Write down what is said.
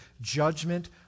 judgment